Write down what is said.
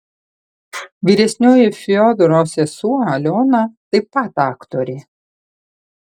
vyresnioji fiodoro sesuo aliona taip pat aktorė